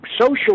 social